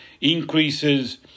increases